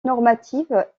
normative